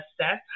assess